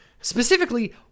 specifically